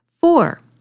Four